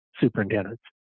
superintendents